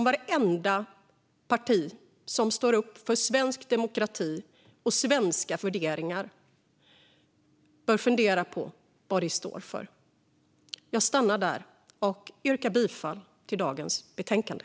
Vartenda parti som står upp för svensk demokrati och svenska värderingar bör fundera på vad detta står för. Jag yrkar bifall till förslaget i dagens betänkande.